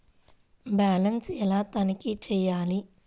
Balance ఎలా తనిఖీ చేయాలి?